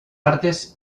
artes